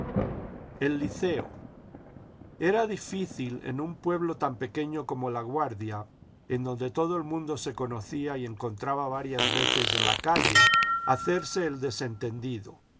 el liceo era difícil en un pueblo tan pequeño com o laguardia en donde todo el mundo se conocía y encontraba varias veces en la calle hacerse el desentendido